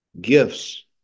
gifts